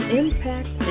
impact